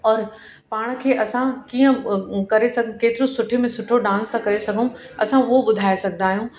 और पाण खे असां कीअं करे सघूं केतिरो सुठे में सुठो डांस था करे सघूं असां उहो ॿुधाए सघंदा आहियूं